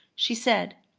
she said,